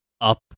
up